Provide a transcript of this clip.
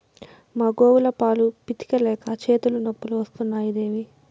మా గోవుల పాలు పితిక లేక చేతులు నొప్పులు వస్తున్నాయి దేవీ